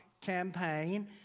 campaign